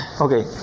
Okay